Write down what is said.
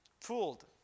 Fooled